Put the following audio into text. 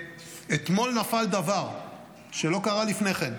ואתמול נפל דבר שלא קרה לפני כן: